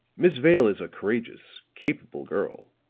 miss vale is a courageous, capable girl